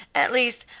at least,